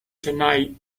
tonight